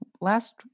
Last